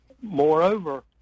Moreover